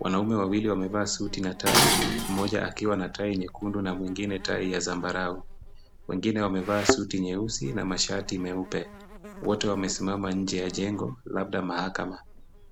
Wanaume wawili wamevaa suti na tai mmoja akiwa na tai nyekundu na mwingine tai ya zambarau. Wengine wamevaa suti nyeusi na mashati meupe. Wote wamesimama nje ya jengo labda mahakama.